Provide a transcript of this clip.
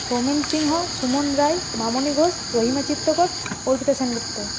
Soumen Singha Suman Roy Mamoni Ghosh Rahima Chitrakar Arpita Sengupta